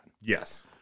Yes